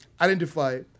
identify